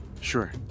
Sure